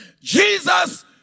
Jesus